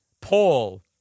Paul